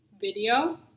video